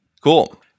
Cool